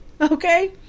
okay